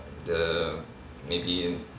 the maybe in